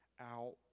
out